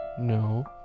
No